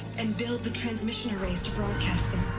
and build the transmission arrays to broadcast them.